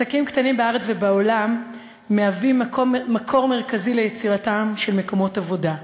עסקים קטנים בארץ ובעולם מהווים מקור מרכזי ליצירתם של מקומות עבודה.